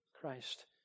Christ